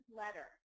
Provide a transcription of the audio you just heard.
letter